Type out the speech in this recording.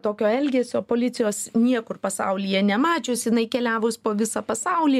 tokio elgesio policijos niekur pasaulyje nemačius jinai keliavus po visą pasaulį